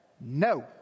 no